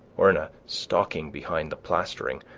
or in a stocking behind the plastering,